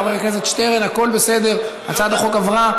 חבר הכנסת שטרן, הכול בסדר, הצעת החוק עברה.